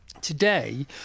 today